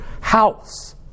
house